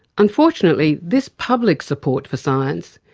unfortunately, this public support for science,